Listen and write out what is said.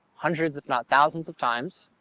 hundreds if not thousands of times,